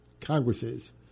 Congresses